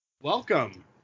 welcome